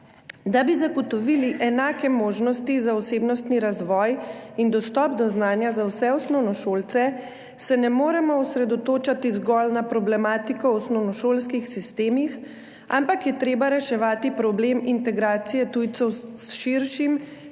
Da bi zagotovili enake možnosti za osebnostni razvoj in dostop do znanja za vse osnovnošolce, se ne moremo osredotočati zgolj na problematiko v osnovnošolskih sistemih, ampak je treba reševati problem integracije tujcev s širšim,